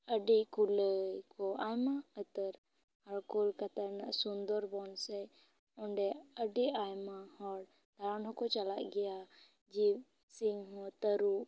ᱟᱹᱰᱤ ᱠᱩᱞᱟᱹᱭ ᱠᱚ ᱟᱭᱢᱟ ᱩᱛᱟᱹᱨ ᱠᱳᱞᱠᱟᱛᱟ ᱨᱮᱱᱟᱜ ᱥᱩᱱᱫᱚᱨᱵᱚᱱ ᱥᱮᱡ ᱟᱹᱰᱤ ᱟᱭᱢᱟ ᱦᱚᱲ ᱫᱟᱬᱟᱱ ᱦᱚᱸᱠᱚ ᱪᱟᱞᱟ ᱜᱮᱭᱟ ᱡᱤᱵᱽ ᱥᱤᱝᱦᱚᱸ ᱛᱟᱹᱨᱩᱵ